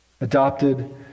Adopted